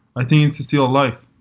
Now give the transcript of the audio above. i think it's still alive.